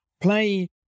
play